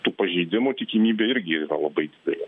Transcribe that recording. tų pažeidimų tikimybė irgi yra labai didelė